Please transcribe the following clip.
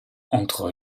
entre